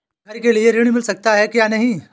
घर के लिए ऋण मिल सकता है या नहीं?